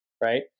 right